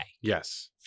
Yes